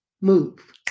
move